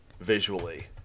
visually